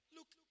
Look